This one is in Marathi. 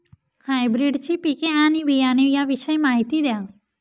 हायब्रिडची पिके आणि बियाणे याविषयी माहिती द्या